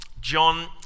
John